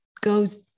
goes